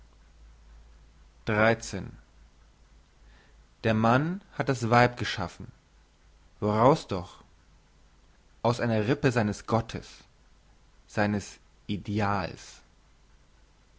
der mann hat das weib geschaffen woraus doch aus einer rippe seines gottes seines ideals